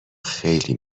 خیلی